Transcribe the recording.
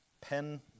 pen